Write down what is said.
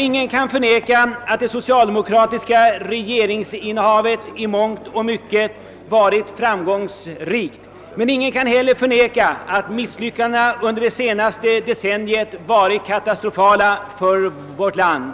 Ingen kan förneka att det socialdemokratiska «= regeringsinnehavet = i mångt och mycket varit framgångsrikt men ingen kan heller förneka att misslyckandena under det senaste decenniet varit katastrofala för vårt land.